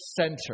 center